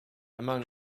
among